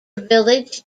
village